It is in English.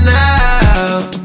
now